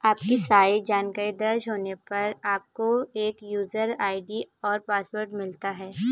आपकी सारी जानकारी दर्ज होने पर, आपको एक यूजर आई.डी और पासवर्ड मिलता है